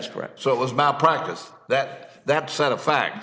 is correct so it was malpractise that that set of f